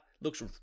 looks